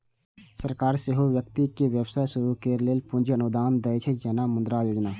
सरकार सेहो व्यक्ति कें व्यवसाय शुरू करै लेल पूंजी अनुदान दै छै, जेना मुद्रा योजना